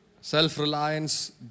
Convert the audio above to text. self-reliance